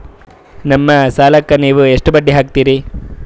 ನಮ್ಮ ಸಾಲಕ್ಕ ನೀವು ಬಡ್ಡಿ ಎಷ್ಟು ಹಾಕ್ತಿರಿ?